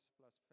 plus